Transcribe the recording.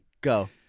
Go